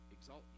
exalt